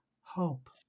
hope